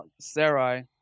Sarai